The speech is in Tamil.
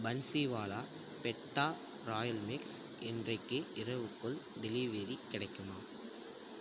பன்ஸிவாலா பெத்தா ராயல் மிக்ஸ் இன்றைக்கு இரவுக்குள் டெலிவரி கிடைக்குமா